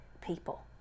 people